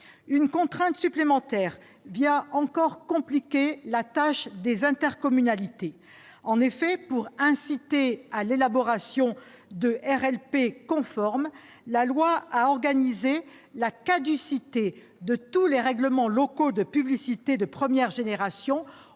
Une contrainte supplémentaire vient encore compliquer la tâche des intercommunalités : pour inciter à l'élaboration de RLP conformes, la loi a prévu la caducité de tous les RLP de première génération